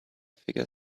figure